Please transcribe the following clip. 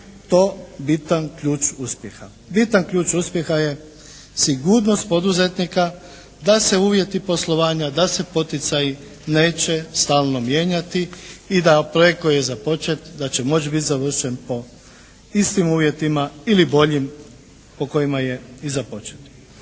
je to bitan ključ uspjeha. Bitan ključ uspjeha je sigurnost poduzetnika da se uvjeti poslovanja, da se poticaji neće stalno mijenjati i da projekt koji je započet da će moći biti završen po istim uvjetima ili boljim po kojima je i započet.